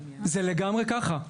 זה לגמרי ככה,